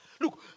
Look